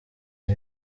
ngo